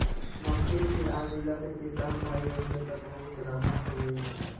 machine के आ गईला से किसान भाई लोग के त बहुत राहत हो गईल बा